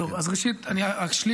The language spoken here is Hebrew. ראשית, אני רק אשלים